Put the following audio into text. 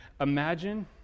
Imagine